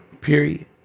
period